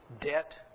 debt